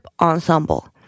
ensemble